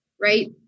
right